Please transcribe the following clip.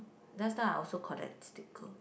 last time I also collect sticker